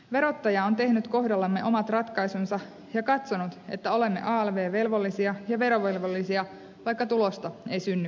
verottaja on tehnyt kohdallamme omat ratkaisunsa ja katsonut että olemme alv velvollisia ja verovelvollisia vaikka tulosta ei synnykään